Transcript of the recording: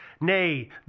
nay